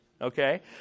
okay